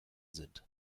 sind